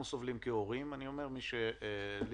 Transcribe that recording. מזה כהורים, למי שיש לו ילדים בגן פרטי.